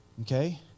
Okay